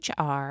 HR